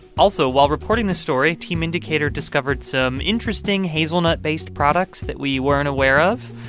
also while reporting this story, team indicator discovered some interesting hazelnut-based products that we weren't aware of.